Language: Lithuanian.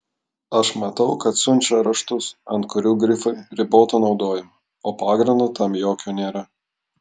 aš matau kad siunčia raštus ant kurių grifai riboto naudojimo o pagrindo tam jokio nėra